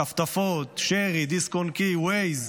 טפטפות, שרי, דיסק און קי, וייז,